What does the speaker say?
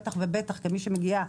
בטח ובטח כמי שמגיעה